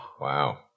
Wow